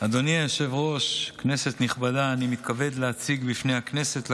אני מתכבד להזמין את יושב-ראש הוועדה המשותפת של